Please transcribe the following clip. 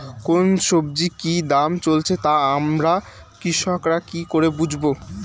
কোন সব্জির কি দাম চলছে তা আমরা কৃষক রা কি করে বুঝবো?